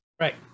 Right